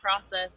process